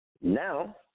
Now